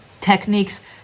techniques